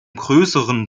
größeren